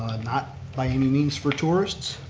not like and and means for tourists.